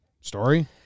Story